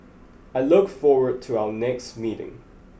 I look forward to our next meeting